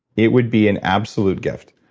it would be an absolute gift.